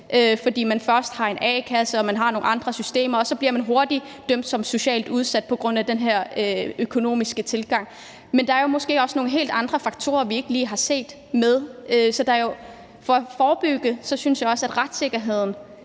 fordi man først har a-kassen og så har nogle andre systemer, og så bliver man hurtigt dømt som socialt udsat på grund af den her økonomiske tilgang. Men der er måske også nogle helt andre faktorer, vi ikke lige har set. Så i forhold til at forebygge synes jeg også, at retssikkerheden,